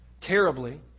terribly